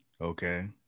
Okay